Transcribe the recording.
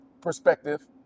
perspective